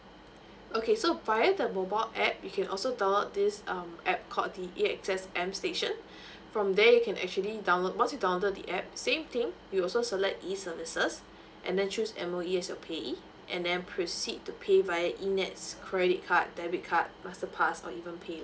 okay so via the mobile app you can also download this um app called this A_X_S M station from there you can actually download once you download the app same thing you also select E services and then choose M_O_E as your pay E and then proceed to pay via in nets credit card debit card master pass or even